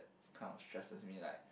this kind of stresses me like